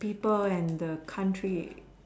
people and the country